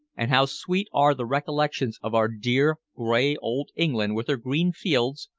and how sweet are the recollections of our dear gray old england with her green fields,